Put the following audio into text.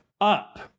up